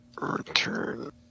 return